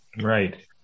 Right